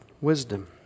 Wisdom